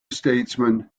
statesman